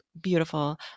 beautiful